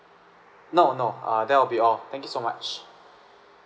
no no uh that'll be all thank you so much